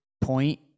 point